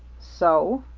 so?